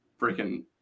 freaking